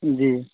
جی